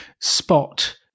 spot